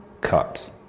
cut